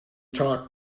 talk